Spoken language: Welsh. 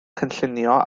cynllunio